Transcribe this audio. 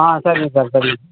ஆ சரிங்க சார் சரிங்க